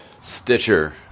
Stitcher